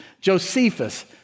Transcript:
Josephus